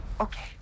Okay